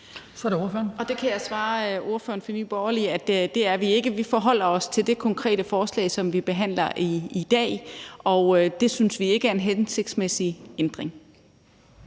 Kjer Hansen (V): Det kan jeg svare ordføreren fra Nye Borgerlige at vi ikke er. Vi forholder os til det konkrete forslag, som vi behandler i dag, og det synes vi ikke er en hensigtsmæssig ændring.